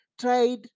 tried